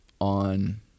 on